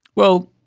well,